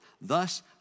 Thus